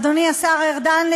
אדוני השר ארדן,